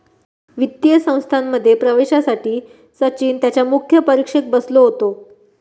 वित्तीय संस्थांमध्ये प्रवेशासाठी सचिन त्यांच्या मुख्य परीक्षेक बसलो होतो